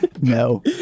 No